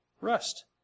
rest